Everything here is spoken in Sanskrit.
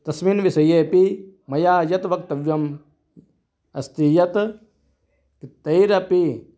तस्मिन् विसयेपि मया यत् वक्तव्यं अस्ति यत् तैरपि